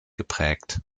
geprägt